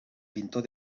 pintor